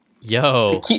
yo